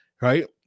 Right